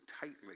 tightly